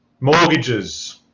mortgages